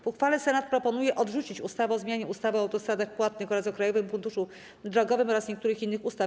W uchwale Senat proponuje odrzucić ustawę o zmianie ustawy o autostradach płatnych oraz o Krajowym Funduszu Drogowym oraz niektórych innych ustaw.